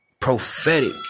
Prophetic